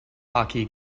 hockey